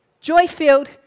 Joy-filled